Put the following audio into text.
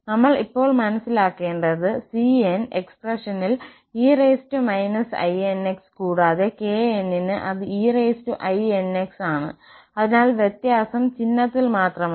നമ്മൾ ഇപ്പോൾ മനസ്സിലാക്കേണ്ടത് cn എക്സ്പ്രഷനിൽ e inx കൂടാതെ kn നു അത് einx ആണ് അതിനാൽ വ്യത്യാസം ചിഹ്നത്തിൽ മാത്രമാണ്